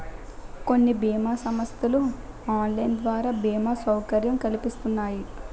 కొన్ని బీమా సంస్థలు ఆన్లైన్ ద్వారా బీమా సౌకర్యం కల్పిస్తున్నాయి